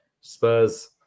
Spurs